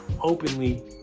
openly